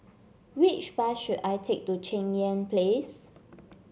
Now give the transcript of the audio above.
which bus should I take to Cheng Yan Place